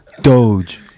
Doge